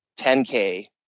10K